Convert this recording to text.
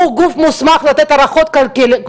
הוא גוף מוסמך לתת הערכות כלכליות?